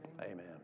Amen